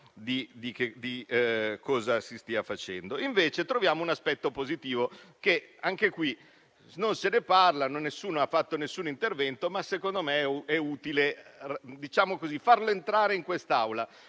di cosa si stava facendo. Invece, troviamo un aspetto positivo di cui non si parla e cui nessuno ha fatto cenno nel suo intervento, ma secondo me è utile farlo entrare in quest'Aula,